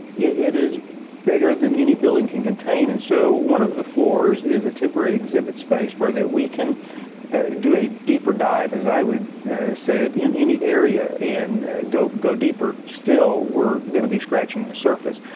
it is bigger than any building can contain. and so one of the floors is a temporary exhibit space where that we can do a deeper dive, as i would say it, in any area and go, go deeper. still we're going to be scratching the surface.